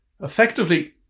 Effectively